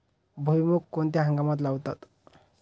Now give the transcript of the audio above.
भुईमूग कोणत्या हंगामात लावतात?